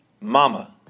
Mama